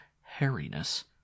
hairiness